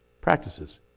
practices